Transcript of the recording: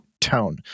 tone